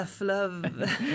love